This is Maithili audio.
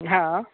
हँ